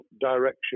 direction